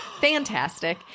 Fantastic